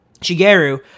Shigeru